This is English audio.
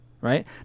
right